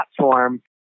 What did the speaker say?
platform